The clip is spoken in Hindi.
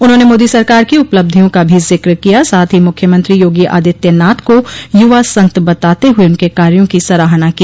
उन्होंने मोदी सरकार की उपलब्धियों का भी जिक्र किया साथ ही मुख्यमंत्री योगी आदित्य नाथ को युवा सन्त बताते हुए उनके कार्यों की सराहना की